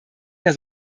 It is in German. der